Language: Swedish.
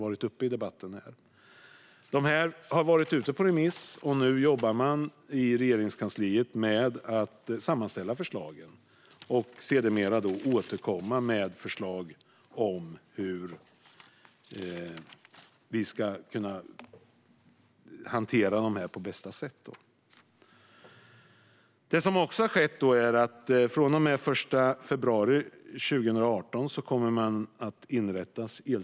Allt detta har alltså varit ute på remiss, och nu jobbar de i Regeringskansliet med att sammanställa förslagen och sedermera återkomma om hur vi ska hantera allt på bästa sätt. Vad som också har skett är att elcykelpremien inrättas från och med 1 februari 2018.